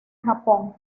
japón